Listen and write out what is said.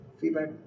feedback